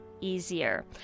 Easier